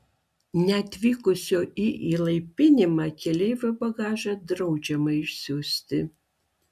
neatvykusio į įlaipinimą keleivio bagažą draudžiama išsiųsti